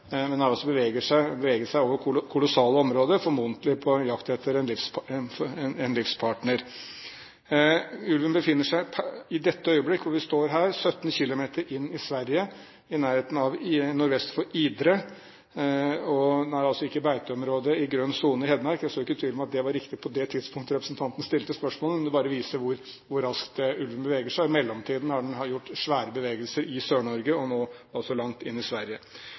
den. Men den beveger seg altså over kolossale områder, formodentlig på jakt etter en livspartner. Ulven befinner seg i dette øyeblikk, når vi står her, 17 km inn i Sverige, i nærheten av nordvest for Idre. Den er altså ikke i beiteområdet i grønn sone i Hedmark. Jeg er ikke tvil om at det var riktig på det tidspunktet representanten stilte spørsmålet, men det bare viser hvor raskt ulven beveger seg, og i mellomtiden har den gjort svære bevegelser i Sør-Norge, og nå er den altså langt inn i Sverige.